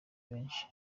benshi